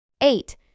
Eight